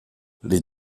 les